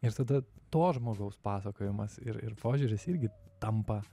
ir tada to žmogaus pasakojimas ir ir požiūris irgi tampa